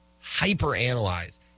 hyper-analyze